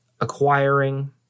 acquiring